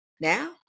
now